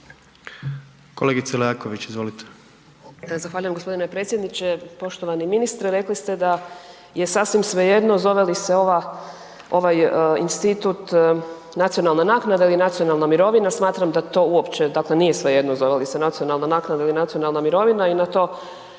izvolite. **Leaković, Karolina (SDP)** Zahvaljujem gospodine predsjedniče. Poštovani ministre, rekli ste da je sasvim svejedno zove li se ovaj institut nacionalna naknada ili nacionalna mirovina. Smatram da to uopće nije svejedno zove li se nacionalna naknada ili nacionalna mirovina i na to